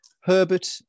Herbert